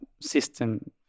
system